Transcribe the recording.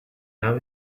now